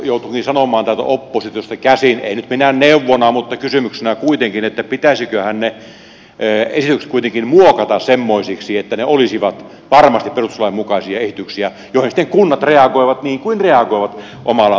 joutuukin sanomaan täältä oppositiosta käsin ei nyt minään neuvona mutta kysymyksenä kuitenkin pitäisiköhän ne esitykset kuitenkin muokata semmoisiksi että ne olisivat varmasti perustuslain mukaisia esityksiä joihin sitten kunnat reagoivat niin kuin reagoivat omalla tavallaan